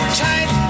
tight